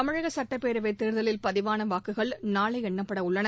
தமிழக சுட்டப்பேரவைத் தேர்தலில் பதிவான வாக்குகள் நாளை எண்ணப்பட உள்ளன